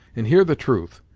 and hear the truth.